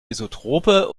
isotroper